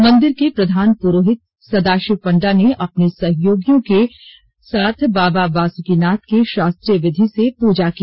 मंदिर के प्रधान पुरोहित सदाशिव पंडा ने अपने सहयोगियों के बाबा बासुकिनाथ की शास्त्रीय विधि से पूजा की